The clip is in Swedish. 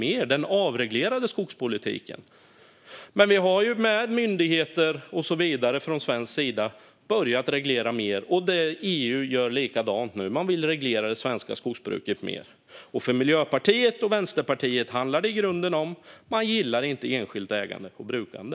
Från svensk sida har vi via myndigheter och så vidare börjat reglera mer. EU gör nu likadant och vill reglera det svenska skogsbruket mer. För Miljöpartiet och Vänsterpartiet handlar det i grunden om att man inte gillar enskilt ägande och brukande.